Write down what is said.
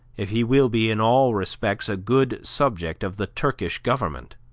if he will be in all respects a good subject of the turkish government.